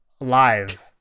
live